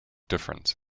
difference